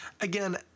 again